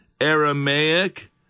Aramaic